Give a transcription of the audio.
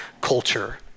culture